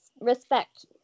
respect